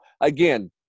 again